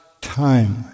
time